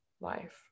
life